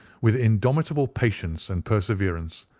with indomitable patience and perseverance,